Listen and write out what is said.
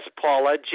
Paula